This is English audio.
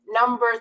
number